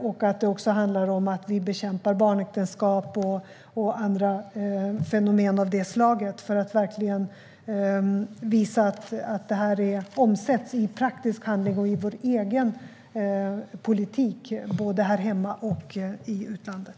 Vi ska också bekämpa barnäktenskap och andra fenomen av det slaget för att visa att detta omsätts i praktisk handling och i vår egen politik, både här hemma och i utlandet.